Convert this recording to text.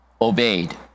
obeyed